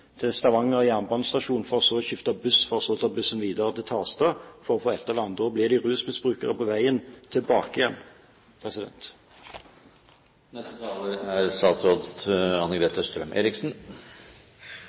til Stavanger jernbanestasjon for så å skifte buss og ta den videre til Tasta for å få ettervern. Da blir de rusmisbrukere på veien tilbake.